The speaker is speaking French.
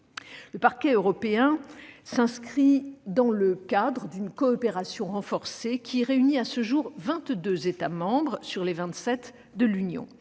Le Parquet européen s'inscrit dans le cadre d'une coopération renforcée, qui réunit à ce jour 22 États membres sur les 27 de l'Union.